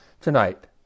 tonight